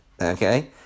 Okay